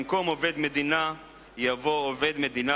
במקום "עובד המדינה" יבוא "עובד המדינה,